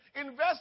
invest